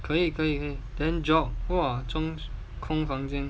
可以可以 then job !wow! 和中空房间